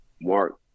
Mark